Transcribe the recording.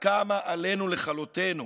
הקמה עלינו לכלותנו.